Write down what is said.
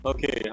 Okay